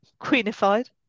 queenified